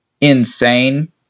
insane